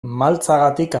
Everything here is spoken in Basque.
maltzagatik